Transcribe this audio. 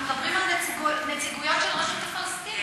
אנחנו מדברים על נציגויות של הרשות הפלסטינית